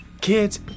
kids